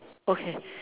okay